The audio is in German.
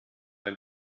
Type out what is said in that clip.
ein